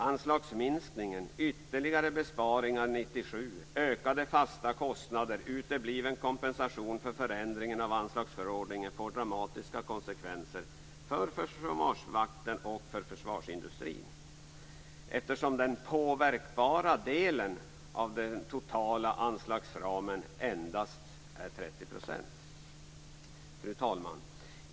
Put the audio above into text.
1997, ökade fasta kostnader och utebliven kompensation för förändringen av anslagsförordningen får dramatiska konsekvenser för Försvarsmakten och försvarsindustrin, eftersom den påverkbara delen av den totala anslagsramen endast är 30 %. Fru talman!